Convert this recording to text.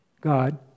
God